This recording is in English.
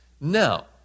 Now